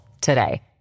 today